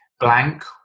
blank